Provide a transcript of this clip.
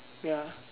ya